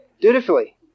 Dutifully